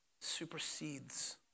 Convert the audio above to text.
supersedes